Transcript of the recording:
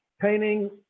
painting